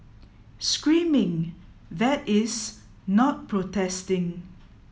screaming that is not protesting